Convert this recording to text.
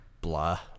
blah